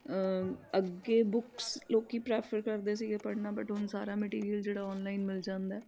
ਅੱਗੇ ਬੁੱਕਸ ਲੋਕ ਪ੍ਰੈਫਰ ਕਰਦੇ ਸੀਗੇ ਪੜ੍ਹਨਾ ਬਟ ਹੁਣ ਸਾਰਾ ਮਟੀਰੀਅਲ ਜਿਹੜਾ ਔਨਲਾਈਨ ਮਿਲ ਜਾਂਦਾ